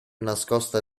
nascosta